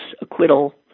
acquittal